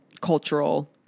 cultural